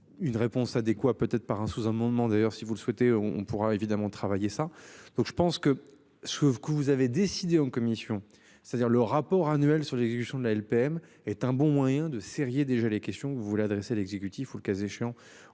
Une réponse adéquat peut être par un sous-, un moment d'ailleurs, si vous le souhaitez, on pourra évidemment travailler ça donc je pense que ce que vous que vous avez décidé en commission, c'est-à-dire le rapport annuel sur l'exécution de la LPM est un bon moyen de sérier déjà les questions que vous voulez adressé à l'exécutif ou le cas échéant